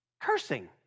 cursing